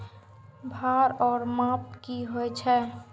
भार ओर माप की होय छै?